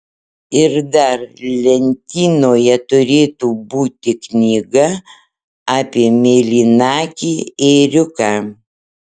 ir dar lentynoje turėtų būti knyga apie mėlynakį ėriuką